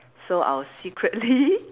so I will secretly